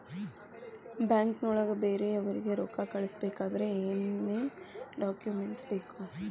ಬ್ಯಾಂಕ್ನೊಳಗ ಬೇರೆಯವರಿಗೆ ರೊಕ್ಕ ಕಳಿಸಬೇಕಾದರೆ ಏನೇನ್ ಡಾಕುಮೆಂಟ್ಸ್ ಬೇಕು?